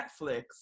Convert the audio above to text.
netflix